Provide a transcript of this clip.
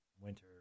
winter